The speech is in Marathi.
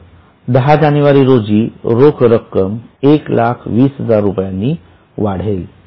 तर 10 जानेवारी रोजी रोख रक्कम १२०००० रुपयांनी वाढेल